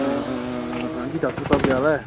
हां जी डाक्टर साह्ब याद ऐ